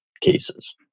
cases